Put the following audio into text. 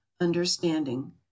understanding